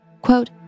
Quote